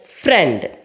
friend